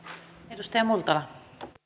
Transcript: edustaja multala